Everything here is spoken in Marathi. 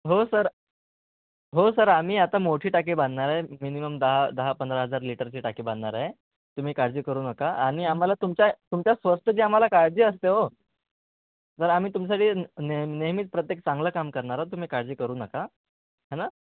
हो सर हो सर आम्ही आता मोठी टाकी बांधणार आहे मिनिमम दहा दहा पंधरा हजार लिटरची टाकी बांधणार आहे तुम्ही काळजी करू नका आणि आ्हाला तुमच्या तुमच्या स्वास्थ्य जे आम्हाला काळजी असते हो तर आम्ही तुमच्यासाठी नेह नेहमीच प्रत्येक चांगलं काम करणार आहो तुम्ही काळजी करू नका है ना